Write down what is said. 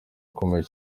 akomeye